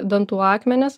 dantų akmenis